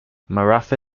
marathi